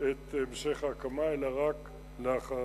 את המשך ההקמה, אלא לאחר